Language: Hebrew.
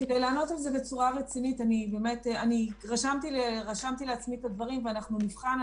כדי לענות על זה בצורה רצינית רשמתי לעצמי את הדברים ואנחנו נבחן.